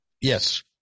Yes